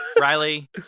Riley